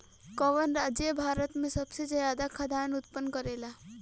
कवन राज्य भारत में सबसे ज्यादा खाद्यान उत्पन्न करेला?